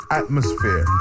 atmosphere